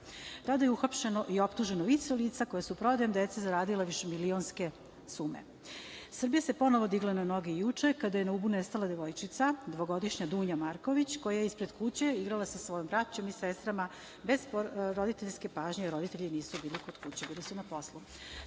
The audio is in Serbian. Tada je uhapšeno i optuženo više lica koja su prodajom dece zaradila višemilionske sume. Srbija se ponovo digla na noge juče kada je na Ubu nestala devojčica, dvogodišnja Dunja Marković koja se ispred kuće igrala sa svojom braćom i sestrama bez roditeljske pažnje, roditelju nisu bili kod kuće, bili su na poslu. Na